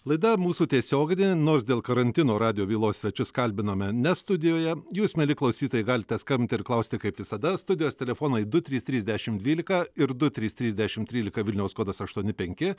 laida mūsų tiesioginė nors dėl karantino radijo bylos svečius kalbinome ne studijoje jūs mieli klausytojai galite skambint ir klausti kaip visada studijos telefonai du trys trys dešimt dvylika ir du trys trys dešimt trylika vilniaus kodas aštuoni penki